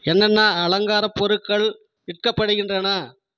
என்னென்ன அலங்கார பொருட்கள் விற்கப்படுகின்றன